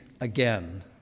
again